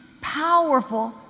powerful